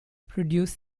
produced